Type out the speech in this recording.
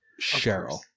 Cheryl